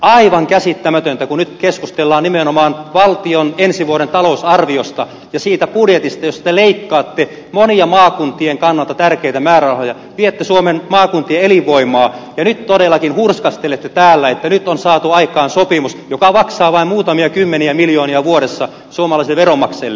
aivan käsittämätöntä kun nyt keskustellaan nimenomaan valtion ensi vuoden talousarviosta ja siitä budjetista josta te leikkaatte monia maakuntien kannalta tärkeitä määrärahoja viette suomen maakuntien elinvoimaa ja nyt todellakin hurskastelette täällä että nyt on saatu aikaan sopimus joka maksaa vain muutamia kymmeniä miljoonia vuodessa suomalaisille veronmaksajille